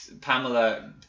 Pamela